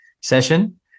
session